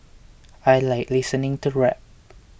I like listening to rap